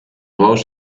bous